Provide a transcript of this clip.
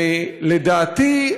לדעתי,